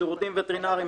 השירותים הווטרינריים,